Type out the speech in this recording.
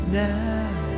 now